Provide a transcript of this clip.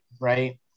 right